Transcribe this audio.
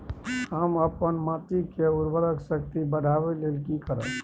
हम अपन माटी के उर्वरक शक्ति बढाबै लेल की करब?